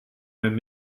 mijn